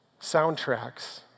Soundtracks